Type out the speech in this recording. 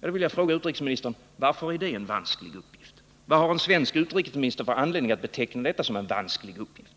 Då vill jag fråga utrikesministern: Varför är det en vansklig uppgift? Vad har en svensk utrikesminister för anledning att beteckna detta som en vansklig uppgift?